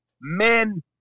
Men